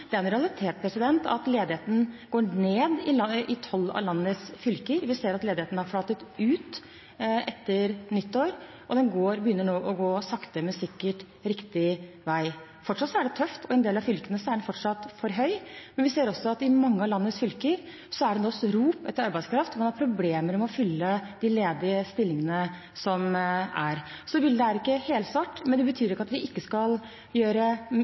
har flatet ut etter nyttår, og den begynner nå sakte, men sikkert å gå riktig vei. Fortsatt er det tøft, og i en del av fylkene er ledigheten fortsatt for høy. Men vi ser også at i mange av landets fylker er det nå rop etter arbeidskraft. Man har problemer med å fylle de ledige stillingene. Bildet er ikke helsvart, men det betyr ikke at vi ikke skal gjøre